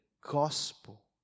gospel